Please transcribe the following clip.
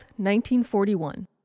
1941